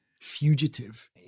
fugitive